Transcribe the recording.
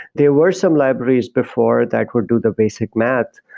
there were some libraries before that would do the basic math,